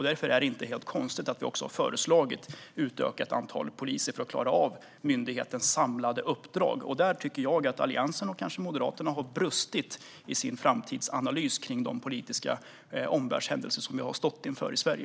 Därför är det inte helt konstigt att vi har föreslagit ett utökat antal poliser för att klara av myndighetens samlade uppdrag. Där tycker jag att Alliansen och kanske Moderaterna har brustit i sin framtidsanalys av de politiska omvärldshändelser som vi har stått inför i Sverige.